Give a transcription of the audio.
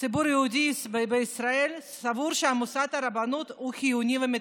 היהודי בישראל סבורים שמוסד הרבנות הוא חיוני ומתפקד.